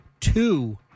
two